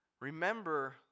remember